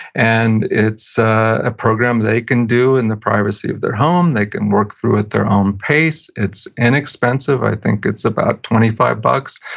and it's a ah program they can do in the privacy of their home. they can work through at their own pace. it's inexpensive, i think it's about twenty five bucks.